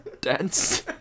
Dance